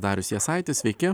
darius jasaitis sveiki